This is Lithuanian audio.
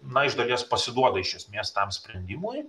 na iš dalies pasiduoda iš esmės tam sprendimui